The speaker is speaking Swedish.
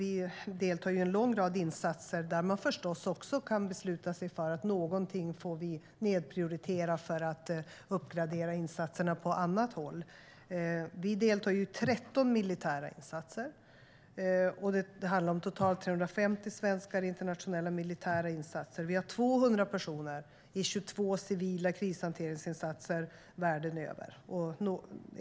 Vi deltar i en lång rad insatser - där man förstås också kan besluta sig för att nedprioritera någonting för att uppgradera insatserna på annat håll. Vi deltar i 13 militära insatser. Det handlar om totalt 350 svenskar i internationella militära insatser. Vi har 200 personer i 22 civila krishanteringsinsatser världen över.